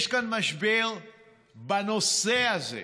יש כאן משבר בנושא הזה.